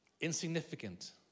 Insignificant